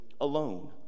alone